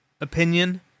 opinion